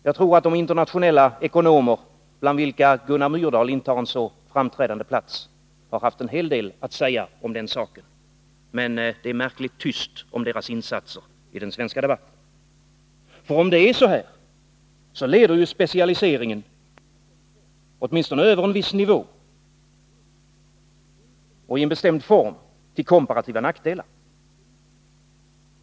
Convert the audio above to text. Jag tror att de internationella ekonomer bland vilka Gunnar Myrdal intar en så framträdande plats har haft en hel del att säga om den saken, men det är märkligt tyst om deras insatser i den svenska debatten. För om det är så här, leder ju specialiseringen, åtminstone över en viss nivå och i en bestämd form, till komparativa nackdelar.